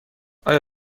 آیا